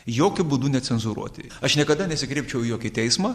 jokiu būdu necenzūruoti aš niekada nesikreipčiau į jokį teismą